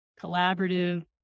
collaborative